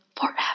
forever